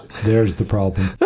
there's the problem.